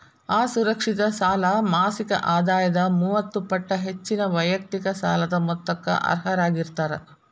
ಅಸುರಕ್ಷಿತ ಸಾಲ ಮಾಸಿಕ ಆದಾಯದ ಮೂವತ್ತ ಪಟ್ಟ ಹೆಚ್ಚಿನ ವೈಯಕ್ತಿಕ ಸಾಲದ ಮೊತ್ತಕ್ಕ ಅರ್ಹರಾಗಿರ್ತಾರ